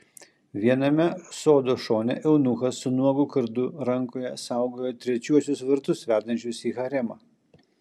viename sodo šone eunuchas su nuogu kardu rankoje saugojo trečiuosius vartus vedančius į haremą